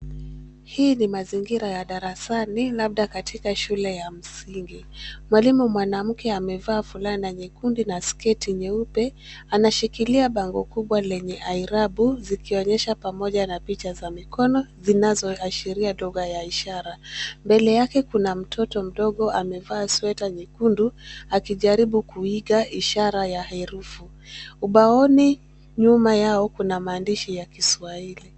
Hii ni mazingira ya darasani labda katika shule ya msingi. Mwalimu mwanamke amevaa fulana nyekundu na sketi nyeupe. Anashikilia bango kubwa lenye irabu zikionyesha pamoja na picha za mikono zinazoashiria lugha ya ishara. Mbele yake, kuna mtoto mdogo amevaa sweta nyekundu akijaribu kuiga ishara ya herufi. Ubaoni nyuma yao, kuna maandishi ya Kiswahili.